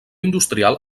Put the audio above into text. industrial